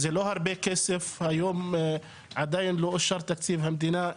זה לא הרבה כסף ועדיין לא אושר תקציב המדינה,